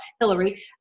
Hillary